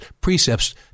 precepts